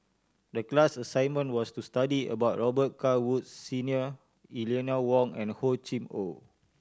the class assignment was to study about Robet Carr Woods Senior Eleanor Wong and Hor Chim Or